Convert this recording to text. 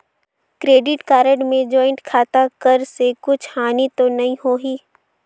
Credit card मे joint खाता कर से कुछ हानि तो नइ होही?